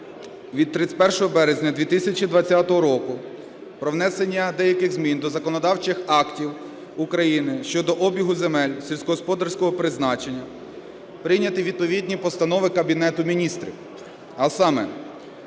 від 31 березня 2020 року про внесення деяких змін до законодавчих актів України щодо обігу земель сільськогосподарського призначення прийняті відповідні постанови Кабінету Міністрів, а саме